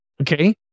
Okay